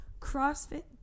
CrossFit